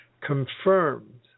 confirmed